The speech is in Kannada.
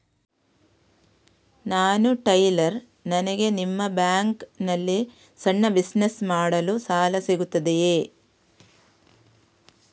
ನಾನು ಟೈಲರ್, ನನಗೆ ನಿಮ್ಮ ಬ್ಯಾಂಕ್ ನಲ್ಲಿ ಸಣ್ಣ ಬಿಸಿನೆಸ್ ಮಾಡಲು ಸಾಲ ಸಿಗುತ್ತದೆಯೇ?